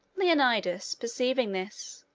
leonidas, perceiving this,